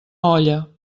olla